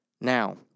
Now